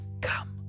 Come